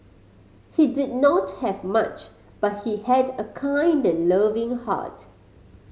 he did not have much but he had a kind and loving heart